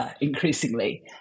increasingly